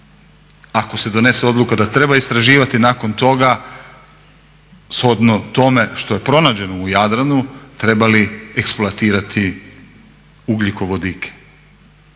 ako se donese odluka da treba istraživati nakon toga shodno tome što je pronađeno u Jadranu treba li eksploatirati ugljikovodike,